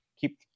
keep